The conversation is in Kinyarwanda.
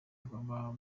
bw’amaraso